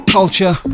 culture